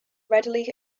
readily